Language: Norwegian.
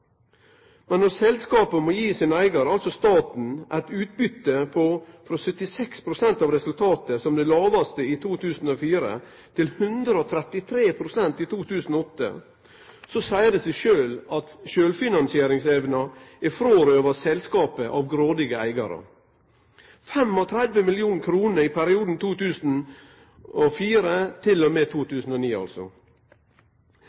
selskapet må gi eigaren sin – altså staten – eit utbytte av resultatet på frå 76 pst. som det lågaste, i 2004, til 133 pst. i 2008, seier det seg sjølv at sjølvfinansieringsevna er frårøva selskapet av grådige eigarar – altså 35 mrd. kr frå 2004 til og